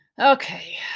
Okay